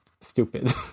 stupid